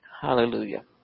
Hallelujah